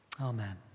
Amen